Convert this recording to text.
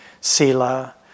sila